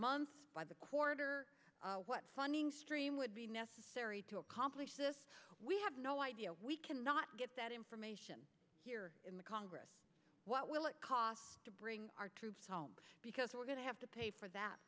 month by the quarter what funding stream would be necessary to accomplish this we have no idea we cannot get that information here in the congress what will it cost to bring our troops home because we're going to have to pay for that